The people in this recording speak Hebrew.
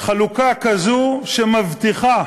חלוקה שמבטיחה